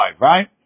right